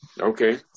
Okay